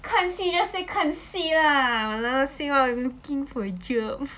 看戏 just say 看戏 lah !walao! say looking for job